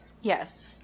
Yes